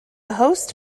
host